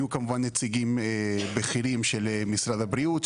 היו כמובן נציגים בכירים של משרד הבריאות,